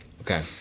Okay